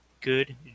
good